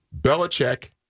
Belichick